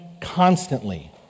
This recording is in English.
constantly